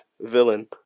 villain